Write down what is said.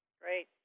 Great